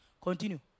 Continue